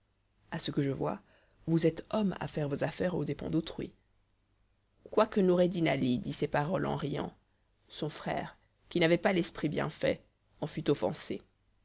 à ce que je vois vous êtes homme à faire vos affaires aux dépens d'autrui quoique noureddin ali dit ces paroles en riant son frère qui n'avait pas l'esprit bien fait en fut offensé